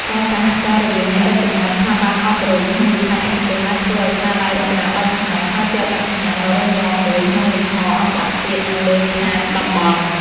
ការសហការរវាងអ្នករចនា ស្ថាប័នអប់រំ និងវិស័យឯកជន អាចធ្វើឲ្យស្នាដៃរចនាបែបខ្មែរ ក្លាយជាអត្តសញ្ញាណដ៏រឹងមាំមួយក្នុងលំហអន្តរជាតិ និងលើឆាកតំបន់។